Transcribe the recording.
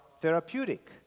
therapeutic